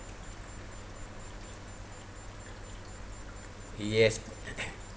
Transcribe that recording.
yes